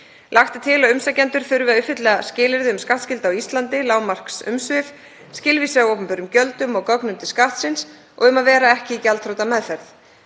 Lagt er til að umsækjendur þurfi að uppfylla skilyrði um skattskyldu á Íslandi, lágmarksumsvif, skilvísi á opinberum gjöldum og gögnum til Skattsins og um að vera ekki í gjaldþrotameðferð.